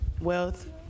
wealth